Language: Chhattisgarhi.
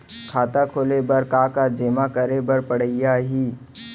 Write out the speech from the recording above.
खाता खोले बर का का जेमा करे बर पढ़इया ही?